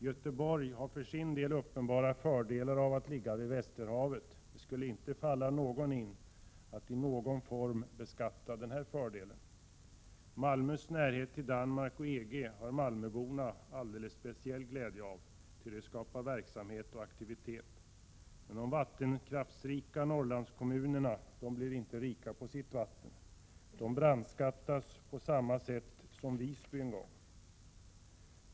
Göteborg har för sin del uppenbara fördelar av att ligga vid Västerhavet. Det skulle inte falla någon in att i någon form beskatta denna fördel. Malmös närhet till Danmark och EG har malmöborna alldeles speciell glädje av, ty det skapar verksamhet och aktivitet. Men de vattenkraftsrika Norrlandskommunerna blir inte rika på sitt vatten. De brandskattas på samma sätt som Visby en gång gjordes.